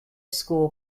school